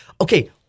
Okay